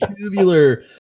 tubular